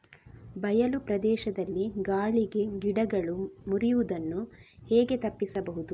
ಬಯಲು ಪ್ರದೇಶದಲ್ಲಿ ಗಾಳಿಗೆ ಗಿಡಗಳು ಮುರಿಯುದನ್ನು ಹೇಗೆ ತಪ್ಪಿಸಬಹುದು?